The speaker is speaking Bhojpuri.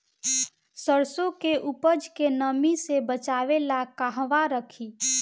सरसों के उपज के नमी से बचावे ला कहवा रखी?